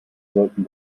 sollten